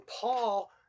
Paul